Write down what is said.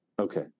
Okay